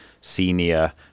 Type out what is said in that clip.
senior